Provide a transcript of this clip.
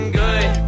good